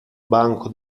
banco